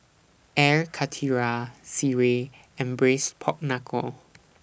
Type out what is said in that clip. Air Karthira Sireh and Braised Pork Knuckle